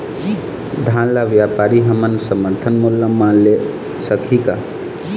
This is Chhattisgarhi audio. धान ला व्यापारी हमन समर्थन मूल्य म ले सकही का?